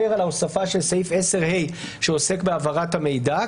על ההוספה של סעיף 10(ה) שעוסק בהעברת המידע,